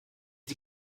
sie